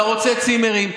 אתה רוצה צימרים,